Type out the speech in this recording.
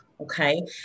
Okay